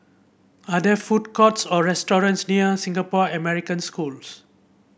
are there food courts or restaurants near Singapore American Schools